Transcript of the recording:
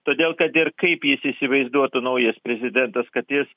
todėl kad ir kaip jis įsivaizduotų naujas prezidentas kad jis